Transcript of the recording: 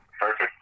Perfect